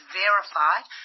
verified